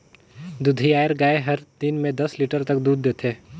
दूधाएर गाय हर दिन में दस लीटर तक दूद देथे